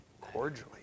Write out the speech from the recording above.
Cordially